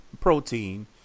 protein